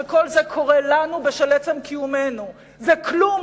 שכל זה קורה לנו בשל עצם קיומנו וכלום